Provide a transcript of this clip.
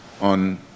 on